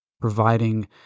providing